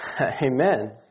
Amen